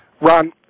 Ron